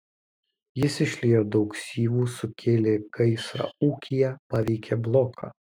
jis išliejo daug syvų sukėlė gaisrą ūkyje paveikė bloką